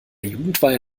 jugendweihe